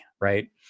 right